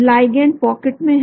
ligand pocket में है